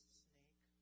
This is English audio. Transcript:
snake